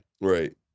Right